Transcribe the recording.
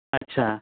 अच्छा